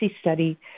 study